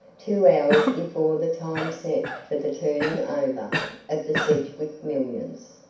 two hours before the time set for the turning over of the sedgwick millions.